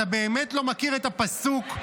אתה באמת לא מכיר את הפסוק?